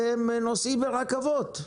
הם נוסעים ברכבות.